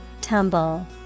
Tumble